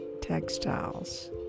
textiles